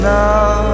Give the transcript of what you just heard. now